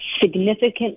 significant